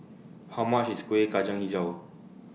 How much IS Kueh Kacang Hijau